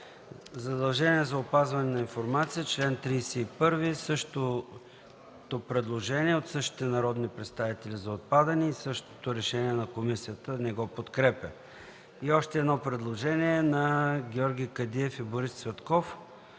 „Задължение за опазване на информация”. Има същото предложение от същите народни представители – за отпадане, но и същото решение на комисията – да не го подкрепя. Предложение на Георги Кадиев и Борис Цветков.